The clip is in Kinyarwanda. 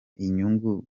inyungu